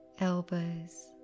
elbows